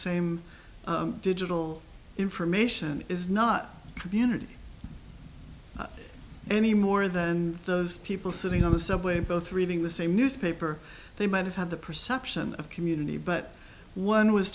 same digital information is not the unity any more than those people sitting on the subway both reading the same newspaper they might have had the perception of community but one was